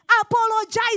Apologize